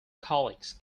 colleagues